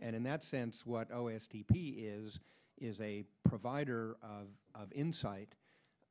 and in that sense what o s t p is is a provider of insight